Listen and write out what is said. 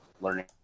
learning